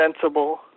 sensible